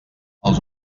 els